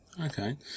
okay